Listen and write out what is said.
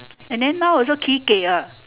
and then now also